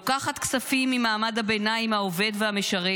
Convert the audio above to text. לוקחת כספים ממעמד הביניים העובד והמשרת